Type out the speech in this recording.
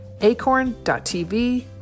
acorn.tv